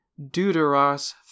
deuteros